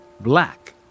black